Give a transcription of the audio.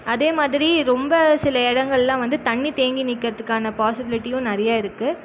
அதே மாதிரி ரொம்ப சில இடங்கள்லாம் வந்து தண்ணீர் தேங்கி நிக்கிறதுக்கான பாசிபிலிட்டியும் நிறைய இருக்கு